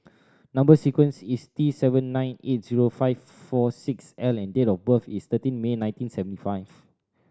number sequence is T seven nine eight zero five four six L and date of birth is thirteen May nineteen seventy five